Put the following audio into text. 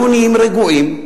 אנחנו נהיים רגועים.